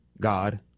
God